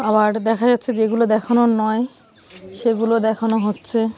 আবার দেখা যাচ্ছে যেগুলো দেখানোর নয় সেগুলো দেখানো হচ্ছে